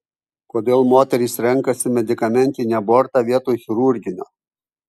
kodėl moterys renkasi medikamentinį abortą vietoj chirurginio